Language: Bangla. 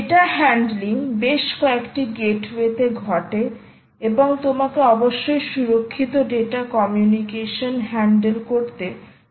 ডেটা হ্যান্ডলিং বেশ কয়েকটি গেটওয়েতে ঘটে এবং তোমাকে অবশ্যই সুরক্ষিত ডেটা কমিউনিকেশন হ্যান্ডেল করতে সক্ষম হতে হবে